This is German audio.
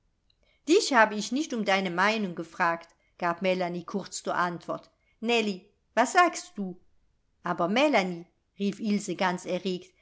dich habe ich nicht um deine meinung gefragt gab melanie kurz zur antwort nellie was sagst du aber melanie rief ilse ganz